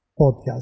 podcast